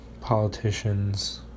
politicians